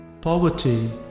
poverty